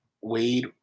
Wade